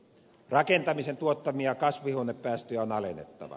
rakentamisen tuottamia kasvihuonepäästöjä on alennettava